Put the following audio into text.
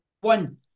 one